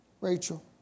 Rachel